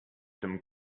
some